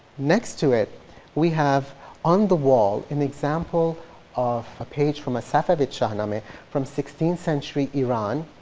next to it we have on the wall an example of a page from a safavid shahnameh from sixteenth century iran,